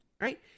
right